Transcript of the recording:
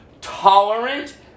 tolerant